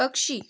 पक्षी